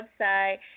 website